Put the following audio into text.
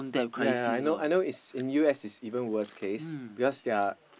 ya ya ya I know I know is in U_S is even worst case because their